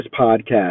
podcast